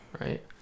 Right